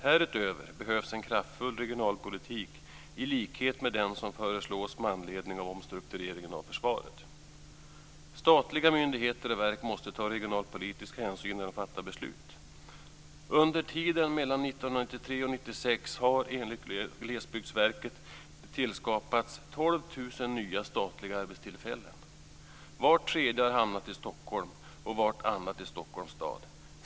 Härutöver behövs en kraftfull regionalpolitik i likhet med den som föreslås med anledning av omstruktureringen av försvaret. Statliga myndigheter och verk måste ta regionalpolitisk hänsyn när de fattar beslut. Under tiden mellan 1993 och 1996 har enligt Glesbygdsverket tillskapats 12 000 nya statliga arbetstillfällen. Vart tredje har hamnat i Stockholm och vartannat i Stockholms stad.